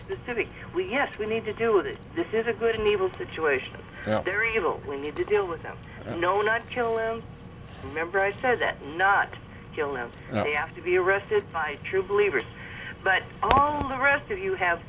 specific we yes we need to do this this is a good and evil situation they're evil we need to deal with them no not killing members does that not kill them you have to be arrested by true believers but all the rest of you have